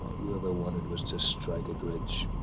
you ever wanted was to strike it rich.